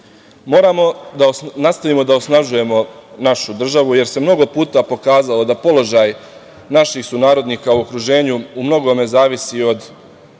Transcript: da nastavimo da osnažujemo našu državu, jer se mnogo puta pokazalo da položaj naših sunarodnika u okruženju u mnogome zavisi od